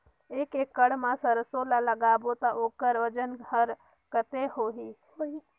एक एकड़ मा सरसो ला लगाबो ता ओकर वजन हर कते होही?